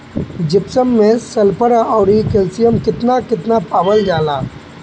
Gypsum मैं sulphur औरी calcium कितना कितना पावल जाला?